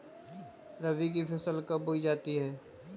रबी की फसल कब बोई जाती है?